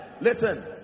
Listen